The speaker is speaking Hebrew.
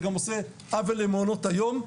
זה גם עושה עוול למעונות היום.